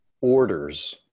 orders